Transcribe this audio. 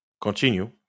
Continue